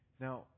Now